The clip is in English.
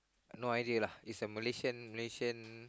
no idea lah it's a Malaysian Malaysian